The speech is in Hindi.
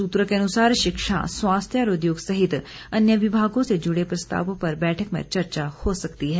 सूत्रों के अनुसार शिक्षा स्वास्थ्य और उद्योग सहित अन्य विमागों से जुड़े प्रस्तावों पर बैठक में चर्चा हो सकती है